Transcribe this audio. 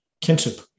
kinship